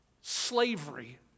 Slavery